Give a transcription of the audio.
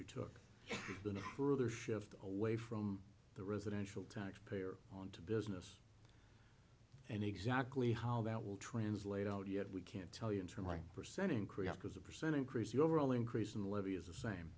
you took the other shift away from the residential tax payer on to business and exactly how that will translate out yet we can't tell you internally percent increase because a percent increase the overall increase in the levy is the same